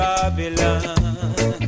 Babylon